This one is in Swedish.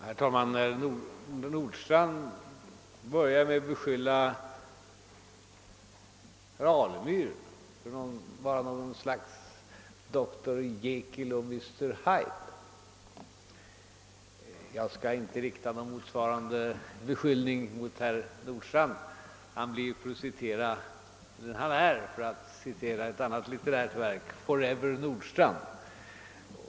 Herr talman! Herr Nordstrandh började med att beskylla herr Alemyr för att vara något slags Doktor Jekyll och Mister Hyde. Jag skall inte rikta någon liknande beskyllning mot herr Nordstrandh; han är för att citera ett annat litterärt verk For-ever Nordstrandh.